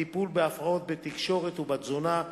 טיפול בהפרעות בתקשורת ובתזונה.